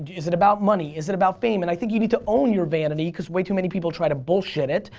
is it about money? is it about fame? and i think you need to own your vanity cause way too many people try to bullshit it,